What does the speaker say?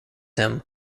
him